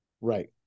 Right